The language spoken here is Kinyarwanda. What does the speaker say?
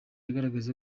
agaragaza